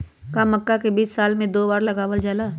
का मक्का के बीज साल में दो बार लगावल जला?